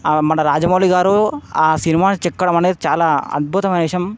మన రాజమౌళి గారు ఆ సినిమాని చెక్కడం అనేది చాలా అద్భుతమైన విషయం